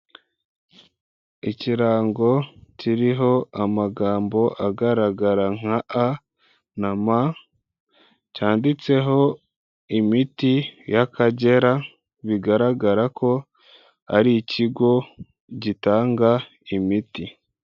Ikirango kiriho amagambo agaragara nka a na m cyanditseho imiti y'Akagera, bigaragara ko ari ikigo gitanga imiti.